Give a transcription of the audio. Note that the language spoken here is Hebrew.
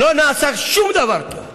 לא נעשה שום דבר פה.